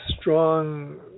strong